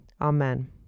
Amen